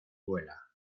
vuela